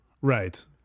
Right